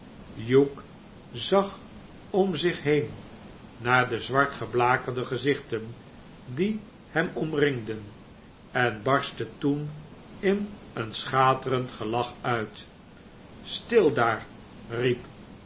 hugh zag om zich heen naar de zwart geblakerde gezichten die hem omringden en barstte toen in een schaterend gelach uit stil daar